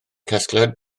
casgliad